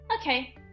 Okay